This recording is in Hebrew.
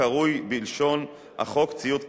הקרוי בלשון החוק "ציוד קצה"